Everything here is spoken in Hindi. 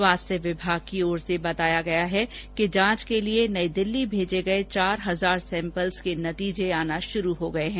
स्वास्थ्य विभाग की ओर से बताया गया है कि जांच के लिये नई दिल्ली भेजे गये चार हजार सैम्पलों के नतीजे आना शुरू हो गये है